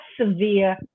severe